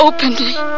Openly